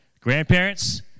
Grandparents